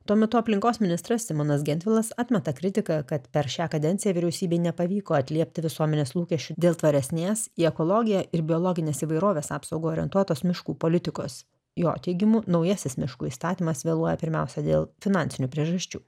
tuo metu aplinkos ministras simonas gentvilas atmeta kritiką kad per šią kadenciją vyriausybei nepavyko atliepti visuomenės lūkesčių dėl tvaresnės į ekologiją ir biologinės įvairovės apsaugą orientuotos miškų politikos jo teigimu naujasis miškų įstatymas vėluoja pirmiausia dėl finansinių priežasčių